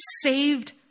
saved